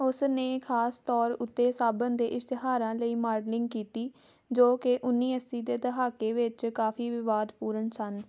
ਉਸ ਨੇ ਖ਼ਾਸ ਤੌਰ ਉੱਤੇ ਸਾਬਣ ਦੇ ਇਸ਼ਤਿਹਾਰਾਂ ਲਈ ਮਾਡਲਿੰਗ ਕੀਤੀ ਜੋ ਕਿ ਉੱਨੀ ਅੱਸੀ ਦੇ ਦਹਾਕੇ ਵਿੱਚ ਕਾਫ਼ੀ ਵਿਵਾਦਪੂਰਨ ਸਨ